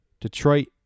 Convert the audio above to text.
Detroit